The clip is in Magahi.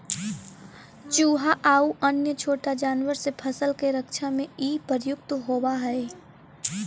चुहा आउ अन्य छोटा जानवर से फसल के रक्षा में इ प्रयुक्त होवऽ हई